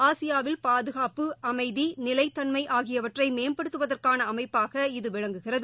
ஆசியாவில் பாதுகாப்பு அமைதி நிலைத்தன்மம ஆகியவற்றை மேம்படுத்துவதற்கான அமைப்பாக இது விளங்குகிறது